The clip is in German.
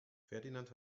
ferdinand